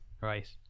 right